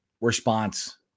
response